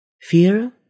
Fear